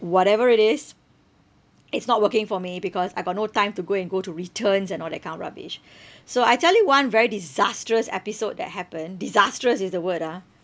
whatever it is it's not working for me because I got no time to go and go to returns and all that kind of rubbish so I tell you one very disastrous episode that happened disastrous is the word ah